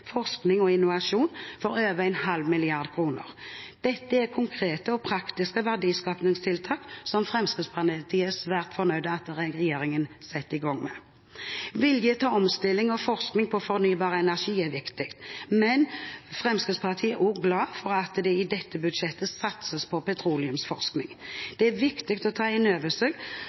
forskning og innovasjon for over en halv milliard kroner. Dette er konkrete og praktiske verdiskapingstiltak som Fremskrittspartiet er svært fornøyd med at regjeringen setter i gang med. Vilje til omstilling og forskning på fornybar energi er viktig, men Fremskrittspartiet er også glad for at det i dette budsjettet satses på